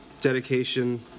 dedication